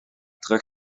terug